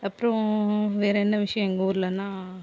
அப்புறோம் வேறு என்ன விஷயம் எங்கள் ஊர்லன்னா